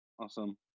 Awesome